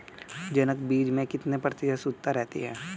जनक बीज में कितने प्रतिशत शुद्धता रहती है?